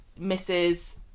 Mrs